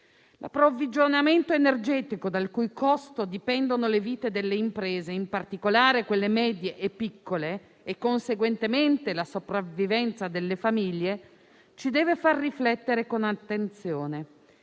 L'approvvigionamento energetico, dal cui costo dipendono le vite delle imprese (in particolare, quelle medie e piccole) e - conseguentemente - la sopravvivenza delle famiglie ci deve far riflettere con attenzione.